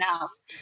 else